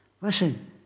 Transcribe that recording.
Listen